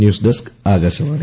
news desk Akashvani